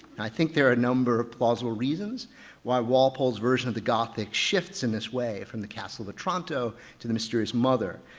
i think there are a number of plausible reasons why walpole's version of the gothic shifts in this way from the castle of otranto to the mysterious mother.